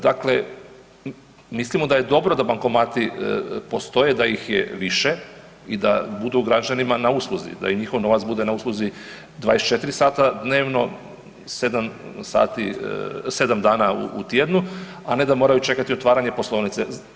Dakle, mislimo da je dobro da bankomati postoje da ih je više i da budu građanima na usluzi, da im njihov novac bude na usluzi 24 sata dnevno 7 dana u tjednu, a ne da moraju čekati otvaranje poslovnice.